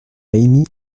émis